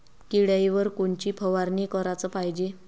किड्याइवर कोनची फवारनी कराच पायजे?